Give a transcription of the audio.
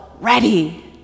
ready